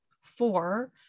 four